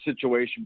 situation